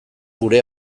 gure